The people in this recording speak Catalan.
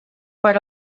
per